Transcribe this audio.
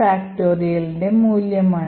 ന്റെ മൂല്യമാണ്